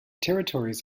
territories